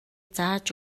зааж